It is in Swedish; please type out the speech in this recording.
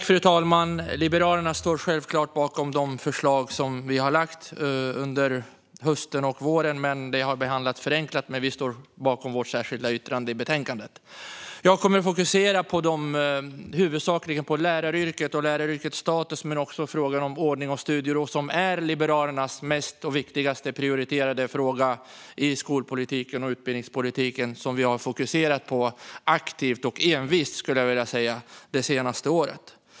Fru talman! Vi liberaler står självklart bakom de förslag som vi har lagt fram under hösten och våren. De har behandlats förenklat, men vi står bakom vårt särskilda yttrande i betänkandet. Jag kommer huvudsakligen att fokusera på läraryrket och läraryrkets status men också på frågan om ordning och studiero, som är Liberalernas viktigaste och mest prioriterade fråga i skolpolitiken och utbildningspolitiken. Vi har fokuserat på den aktivt och envist, skulle jag vilja säga, det senaste året.